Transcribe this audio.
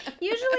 Usually